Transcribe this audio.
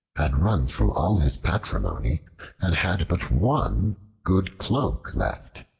had run through all his patrimony and had but one good cloak left.